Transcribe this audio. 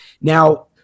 now